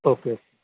okay okay